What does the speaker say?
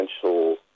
potential